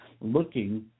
looking